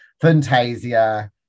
Fantasia